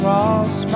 Cross